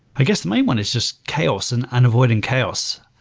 i guess the main one is just chaos and and avoiding chaos.